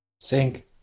Sink